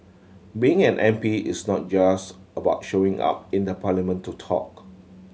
being an M P is not just about showing up in the parliament to talk